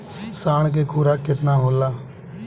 साढ़ के खुराक केतना होला?